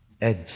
edge